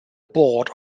board